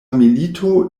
milito